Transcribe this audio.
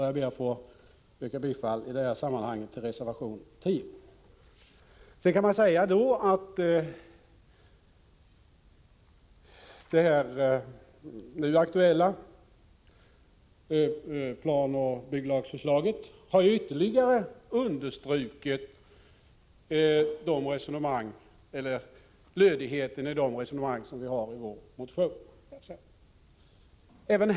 Jag ber att i detta sammanhang få yrka bifall till reservation 10. Det nu aktuella planoch bygglagförslaget har ytterligare understrukit lödigheten i det resonemang som vi fört fram motionsledes.